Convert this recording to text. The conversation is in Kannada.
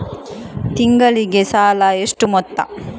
ತಿಂಗಳಿಗೆ ಸಾಲ ಎಷ್ಟು ಮೊತ್ತ?